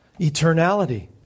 Eternality